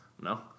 No